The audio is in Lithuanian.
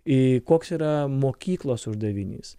į koks yra mokyklos uždavinys